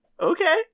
Okay